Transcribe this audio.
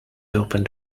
opened